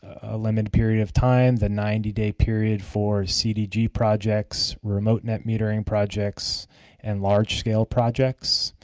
a limited period of time, the ninety day period for cdg projects, remote net metering projects and large scale projects.